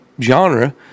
Genre